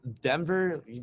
Denver